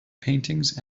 paintings